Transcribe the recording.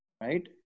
right